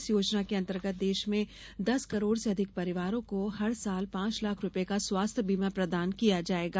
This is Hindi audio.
इस योजना के अंतर्गत देश में दस करोड से अधिक परिवारों को हर साल पांच लाख रूपये का स्वास्थ्य बीमा प्रदान किया जायेगा